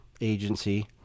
agency